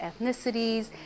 ethnicities